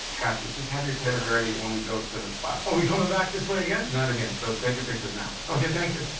got you. just have your cameras ready when we go to the spot. are we coming back this way again? not again, so take your pictures now. okay, thank you.